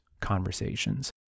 conversations